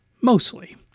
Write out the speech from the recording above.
mostly